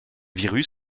virus